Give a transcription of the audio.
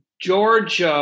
George